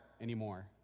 anymore